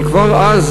אבל כבר אז,